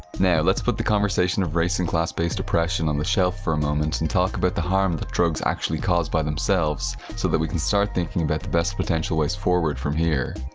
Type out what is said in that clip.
now, let's put the conversation of race and class-based oppression on the shelf for a moment and talk about the harm that drugs actually cause by themselves so that we can start thinking about the best potential ways forward from here.